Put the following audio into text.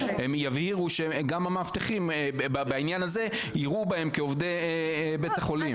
הם יבהירו שגם המאבטחים בעניין הזה יראו בהם כעובדי בית החולים.